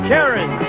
Karen